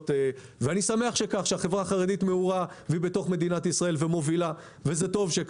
אני שמח שהחברה החרדית מעורה במדינת ישראל ומובילה וטוב שכך.